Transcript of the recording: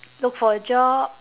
look for a job